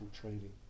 training